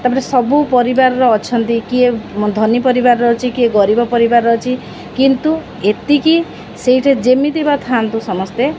ତା'ପରେ ସବୁ ପରିବାରର ଅଛନ୍ତି କିଏ ଧନୀ ପରିବାରର ଅଛି କିଏ ଗରିବ ପରିବାର ଅଛି କିନ୍ତୁ ଏତିକି ସେଇଠି ଯେମିତି ବା ଥାଆନ୍ତୁ ସମସ୍ତେ